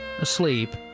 Asleep